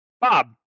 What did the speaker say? Bob